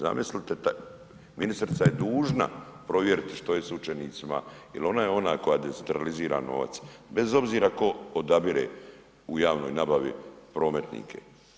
Zamislite ministrica je dužna provjeriti što je s učenicima jel ona je ona koja decentralizira novac, bez obzira tko odabire u javnoj nabavi prometnike.